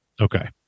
okay